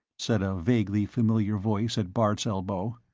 said a vaguely familiar voice at bart's elbow.